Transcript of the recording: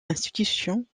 institutions